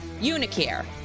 Unicare